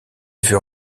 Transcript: veut